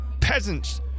peasants